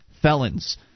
felons